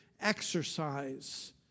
exercise